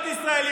לחברות זרות?